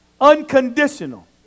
Unconditional